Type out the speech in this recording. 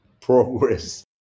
progress